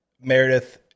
Meredith